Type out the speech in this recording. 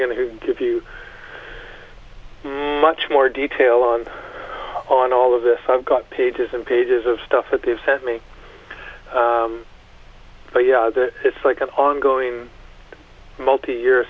going to give you much more detail on on all of this i've got pages and pages of stuff that they've sent me but you know it's like an ongoing multi year